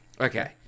Okay